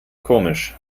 komisch